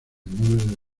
nombre